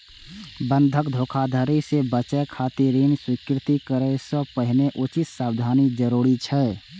बंधक धोखाधड़ी सं बचय खातिर ऋण स्वीकृत करै सं पहिने उचित सावधानी जरूरी छै